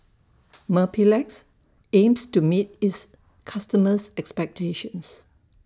Mepilex aims to meet its customers' expectations